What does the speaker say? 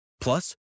Plus